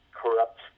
corrupt